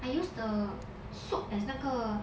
I use the soup as 那个